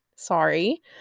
Sorry